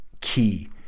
key